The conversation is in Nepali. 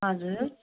हजुर